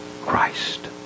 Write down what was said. Christ